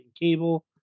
cable